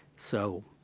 so,